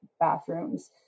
bathrooms